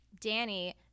Danny